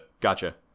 gotcha